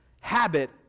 habit